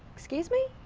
excuse me?